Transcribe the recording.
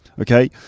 Okay